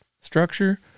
structure